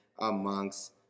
amongst